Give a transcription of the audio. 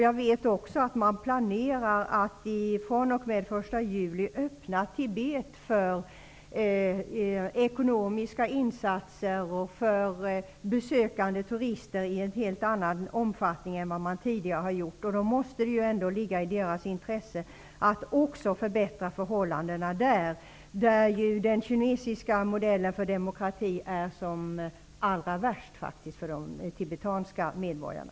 Jag vet också att man planerar att den 1 juli öppna Tibet för ekonomiska insatser och för besökande turister i en helt annan omfattning än vad man tidigare gjort. Då måste det ändå ligga i deras intresse att också förbättra förhållandena i Tibet, där den kinesiska modellen för demokrati faktiskt är som allra värst för de tibetanska medborgarna.